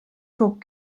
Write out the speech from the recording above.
çok